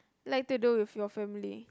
like to do with your family